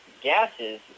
gases